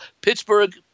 Pittsburgh